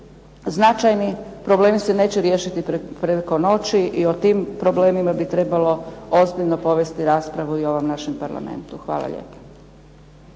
značajni. Problemi se neće riješiti preko noći i o tim problemima bi trebalo ozbiljno povesti raspravu i u ovom našem Parlamentu. Hvala lijepa.